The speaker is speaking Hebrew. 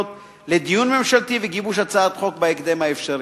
לדיון ממשלתי ולגיבוש הצעת חוק בהקדם האפשרי".